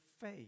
faith